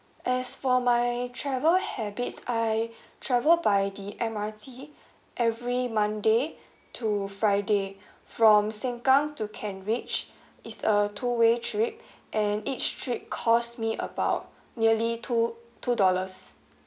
as for my travel habits I travel by the M_R_T every monday to friday from sengkang to canberra it's a two way trip and each trip cost me about nearly two two dollars